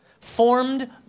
formed